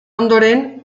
ondoren